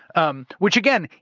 um which again,